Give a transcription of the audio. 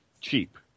cheap